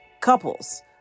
couples